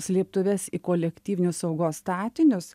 slėptuves į kolektyvinius saugos statinius